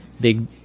big